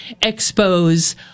expose